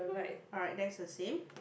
alright that's the same